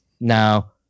Now